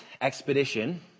expedition